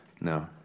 No